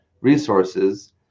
resources